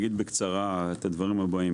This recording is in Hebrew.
אני אגיד בקצרה את הדברים הבאים.